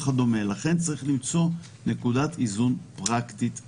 לכן צריך למצוא נקודת איזון פרקטית ונכונה.